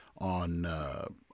on